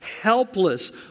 helpless